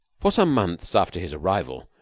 for some months after his arrival,